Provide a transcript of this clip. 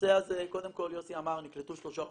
הנושא הזה, קודם כל יוסי אמר, נקלטו שלושה עובדים,